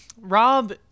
Rob